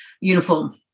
uniform